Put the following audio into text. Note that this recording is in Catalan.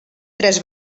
tres